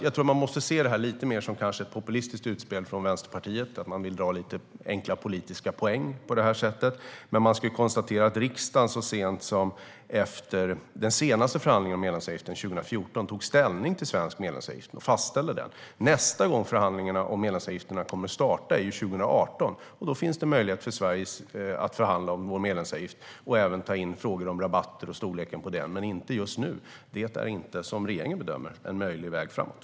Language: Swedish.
Jag tror att man måste se det här lite mer som ett populistiskt utspel från Vänsterpartiet, att man vill dra lite enkla politiska poäng på det här sättet. Man ska dock konstatera att riksdagen så sent som efter den senaste förhandlingen om medlemsavgiften 2014 tog ställning till den svenska medlemsavgiften och fastställde den. Nästa gång förhandlingarna om medlemsavgifterna kommer att starta är 2018, och då finns det möjlighet för Sverige att förhandla om medlemsavgiften och även ta in frågor om rabatt och storleken på den, men inte just nu. Det är inte, som regeringen bedömer det, en möjlig väg framåt.